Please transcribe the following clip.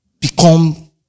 become